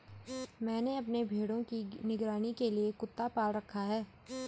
मैंने अपने भेड़ों की निगरानी के लिए कुत्ता पाल रखा है